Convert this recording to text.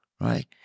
right